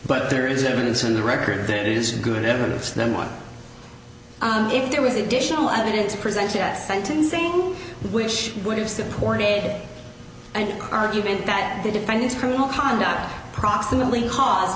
but there is evidence in the record that it is good evidence then one if there was additional evidence presented at sentencing which would have supported an argument that the defendant's criminal conduct proximately caused